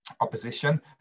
opposition